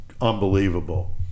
unbelievable